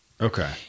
okay